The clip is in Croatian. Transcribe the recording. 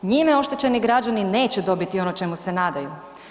Njime oštećeni građani neće dobiti ono čemu se nadaju.